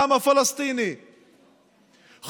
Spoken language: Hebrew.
העם הפלסטיני,